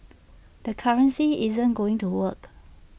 the currency isn't going to work